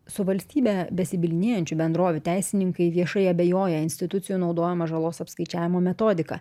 su valstybe besibylinėjančių bendrovių teisininkai viešai abejoja institucijų naudojama žalos apskaičiavimo metodika